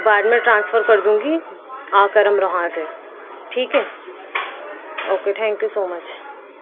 بعد میں ٹرانسفر کر دوں گی آ کر امروہہ سے ٹھیک ہے okay thank you so much